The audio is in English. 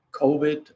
COVID